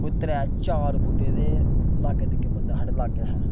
कोई त्रै चार बूह्टे दे लागै तिग्गै बंदा साढ़ै लाग्गै हा